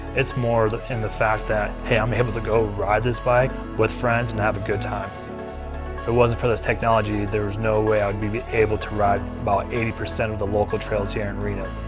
it's more in the fact that, hey i'm able to go ride this bike with friends and have a good time. if it wasn't for this technology, there was no way i'd be be able to ride about eighty percent of the local trails here in reno.